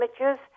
images